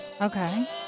Okay